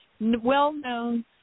well-known